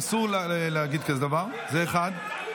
אסור להגיד דבר כזה, זה דבר אחד.